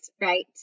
right